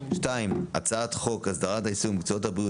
2. הצעת חוק הסדרת העיסוק במקצועות הטיפול הרפואי,